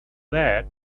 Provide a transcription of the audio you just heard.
that